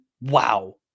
Wow